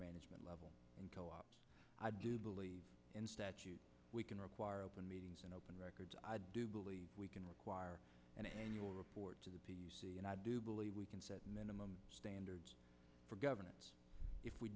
management level in co ops i do believe we can require open meetings and open records i do believe we can require an annual report to the p c and i do believe we can set minimum standards for governance if we